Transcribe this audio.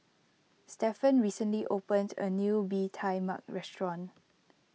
Stefan recently opened a new Bee Tai Mak restaurant